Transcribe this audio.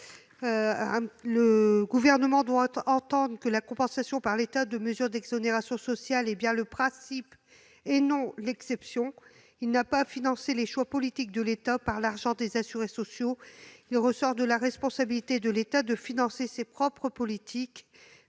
Le Gouvernement doit entendre que la compensation, par l'État, de mesures d'exonérations sociales est bien le principe et non l'exception. Il n'a pas à financer les choix politiques de l'État par l'argent des assurés sociaux. Il est de la responsabilité de l'État de financer ses propres politiques.